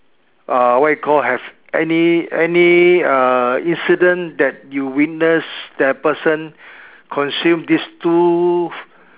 uh what you call have any any uh incident that you witness the person consume this two